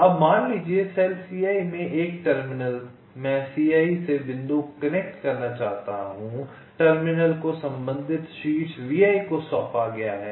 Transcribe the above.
अब मान लीजिये सेल ci में एक टर्मिनल मैं ci से बिंदु कनेक्ट करना चाहता हूं टर्मिनल को संबंधित शीर्ष vi को सौंपा गया है